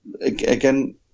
again